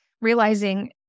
realizing